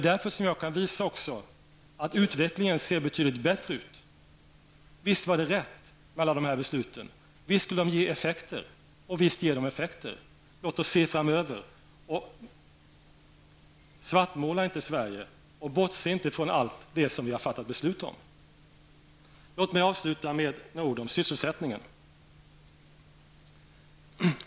Därför kan jag också visa att utvecklingen ser betydligt bättre ut nu. Visst var det rätt med alla dessa beslut. Visst skulle de ge effekter, och visst ger de effekter. Låt oss se framöver. Svartmåla inte Sverige och bortse inte från allt det som vi har fattat beslut om. Låt mig avsluta om några ord om sysselsättningen.